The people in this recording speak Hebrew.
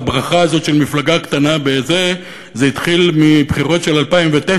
הברכה הזאת של "מפלגה קטנה" זה התחיל מהבחירות של 2009,